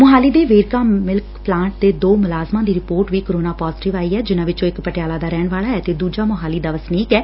ਮੁਹਾਲੀ ਦੇ Verka milk plant ਦੇ ਦੋ ਮੁਲਾਜ਼ਮਾਂ ਦੀ ਰਿਪੋਰਟ ਵੀ ਕੋਰੋਨਾ ਪਾਜ਼ੇਟਿਵ ਆਈ ਐ ਜਿਨੁਾਂ ਚੋ ਇਕ ਪਟਿਆਲਾ ਦਾ ਰਹਿਣ ਵਾਲਾ ਅਤੇ ਦੁਜਾ ਮੁਹਾਲੀ ਦਾ ਵਸਨੀਕ ਐ